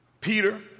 Peter